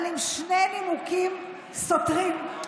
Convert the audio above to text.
אבל בשני נימוקים סותרים.